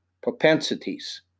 propensities